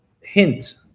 hint